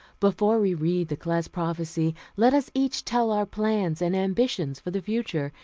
before we read the class prophecy, let us each tell our plans and ambitions for the future,